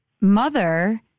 mother